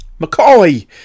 McCoy